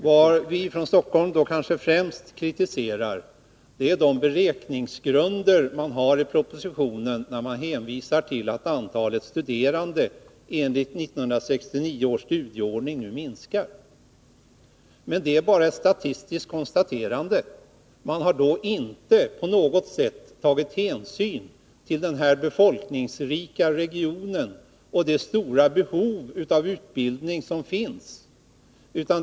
Vad vi från Stockholm kanske främst kritiserar är de beräkningsgrunder man har i propositionen när man hänvisar till att antalet studerande enligt 1969 års studieordning nu minskar. Det är bara ett statistiskt konstaterande. Man har inte på något sätt tagit hänsyn till denna befolkningsrika region och det stora behov av utbildning som finns här.